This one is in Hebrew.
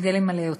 אשתדל למלא אותן.